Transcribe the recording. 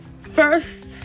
First